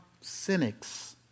cynics